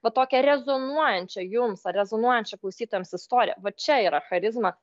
va tokią rezonuojančią jums ar rezonuojančią klausytojams istoriją va čia yra charizma